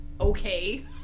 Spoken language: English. Okay